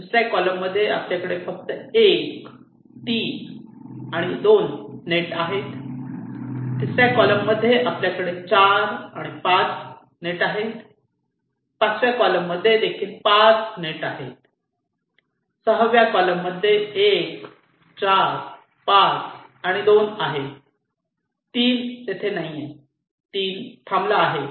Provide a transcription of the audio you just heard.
दुसर्या कॉलम मध्ये आपल्याकडे फक्त 1 3 आणि 2 नेट आहेत तिसर्या कॉलम मध्ये आपल्याकडे 4 आणि 5 नेट आहेत पाचव्या कॉलम मध्ये देखील 5 नेट आहेत 6 व्या कॉलम मध्ये 1 4 5 आणि 2 आहे 3 नाही 3 येथे थांबला आहे